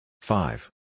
Five